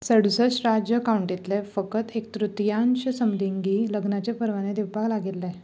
सदुसश्ट राज्य कावंटीतले फकत एक तृतियांश समलिंगी लग्नाचे परवाने दिवपाक लागिल्ले